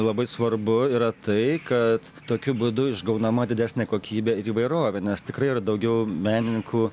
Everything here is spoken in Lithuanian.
labai svarbu yra tai kad tokiu būdu išgaunama didesnė kokybė ir įvairovė nes tikrai yra daugiau menininkų